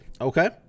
Okay